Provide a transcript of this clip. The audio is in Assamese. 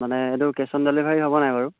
মানে এইটো কেছ অন ডেলিভাৰী হ'ব নাই বাৰু